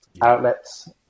outlets